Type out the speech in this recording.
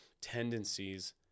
tendencies